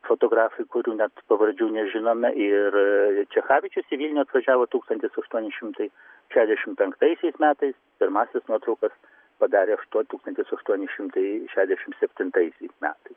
fotografai kurių net pavardžių nežinome ir čechavičius į vilnių atvažiavo tūkstantis aštuoni šimtai šešiasdešimt pentaisiais metais pirmąsias nuotraukas padarė aštuo tūkstantis aštuoni šimtai šešiasdešimt septintaisiais metais